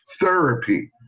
therapy